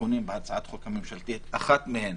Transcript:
תיקונים בהצעת החוק הממשלתית, אחד מהם